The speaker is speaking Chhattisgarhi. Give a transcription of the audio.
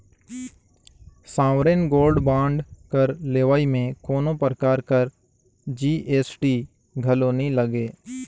सॉवरेन गोल्ड बांड कर लेवई में कोनो परकार कर जी.एस.टी घलो नी लगे